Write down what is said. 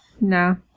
No